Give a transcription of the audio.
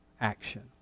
action